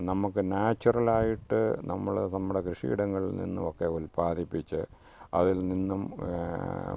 നമുക്ക് നാച്ചുറലായിട്ട് നമ്മള് നമ്മുടെ കൃഷിയിടങ്ങളിൽ നിന്നുമൊക്കെ ഉല്പാദിപ്പിച്ച് അതിൽനിന്നും